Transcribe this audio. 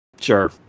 Sure